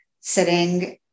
sitting